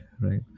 right